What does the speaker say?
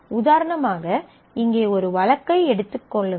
உதாரணமாக இங்கே ஒரு வழக்கை எடுத்துக் கொள்ளுங்கள்